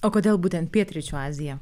o kodėl būtent pietryčių azija